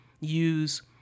use